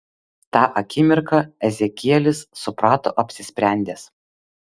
tą akimirką ezekielis suprato apsisprendęs